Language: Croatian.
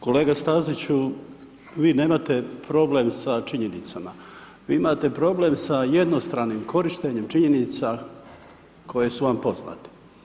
Kolega Staziću, vi nemate problem sa činjenicama, vi imate problem sa jednostranim korištenjem činjenica koje su vam poznate.